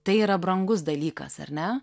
tai yra brangus dalykas ar ne